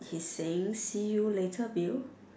he's saying see you later Bill